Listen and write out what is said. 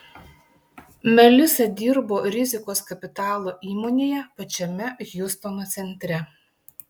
melisa dirbo rizikos kapitalo įmonėje pačiame hjustono centre